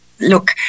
Look